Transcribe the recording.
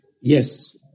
Yes